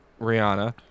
rihanna